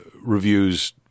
reviews